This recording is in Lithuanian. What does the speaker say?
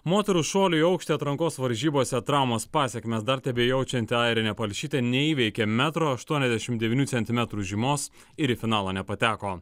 moterų šuolio į aukštį atrankos varžybose traumos pasekmes dar tebejaučianti airinė palšytė neįveikė metro aštuoniasdešim devynių centimetrų žymos ir į finalą nepateko